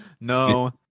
No